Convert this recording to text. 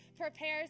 prepares